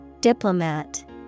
Diplomat